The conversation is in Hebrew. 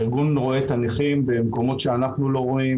הארגון רואה את הנכים במקומות שאנחנו לא רואים.